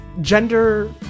gender